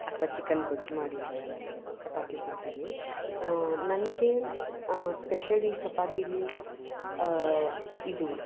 ಅಥ್ವಾ ಚಿಕನ್ ಗೊಜ್ಜು ಮಾಡಿದ್ದರೆ ಚಪಾತಿ ತಿಂತೀವಿ ನನಗೆ ಸ್ಪೆಷಲಿ ಚಪಾತೀಲಿ ಇದು